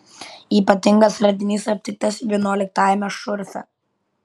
ypatingas radinys aptiktas vienuoliktajame šurfe